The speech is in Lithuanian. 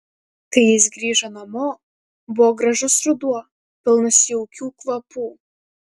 kai jis grįžo namo buvo gražus ruduo pilnas jaukių kvapų